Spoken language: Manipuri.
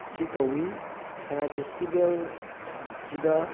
ꯁꯤ ꯇꯧꯏ ꯁꯉꯥꯏ ꯐꯦꯁꯇꯤꯚꯦꯜꯁꯤꯗ